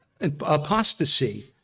apostasy